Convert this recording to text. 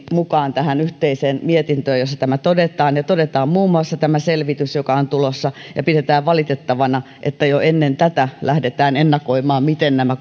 mukaan tähän yhteiseen mietintöön tämän tekstin jossa tämä todetaan ja todetaan muun muassa tämä selvitys mikä on tulossa ja pidetään valitettavana että jo ennen tätä lähdetään ennakoimaan miten nämä